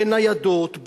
בניידות,